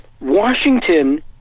Washington